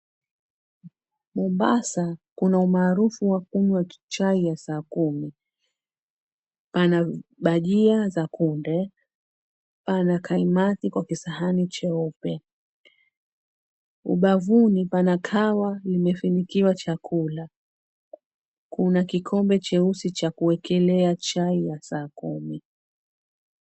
Mombasa kuna umaarufu wa kunywa chai ya saa kumi. Pana bajia za kunde, pana kaimati kwa kisahani cheupe. Ubavuni pana kahawa limefunikiwa chakula. Kuna kikombe cheusi cha kuekelea chai ya saa kumi.